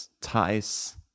ties